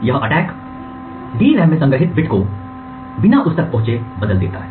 यह attack DRAM में संग्रहित बिट को बिना उस तक पहुंचे बदल देता है